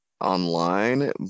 online